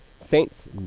Saints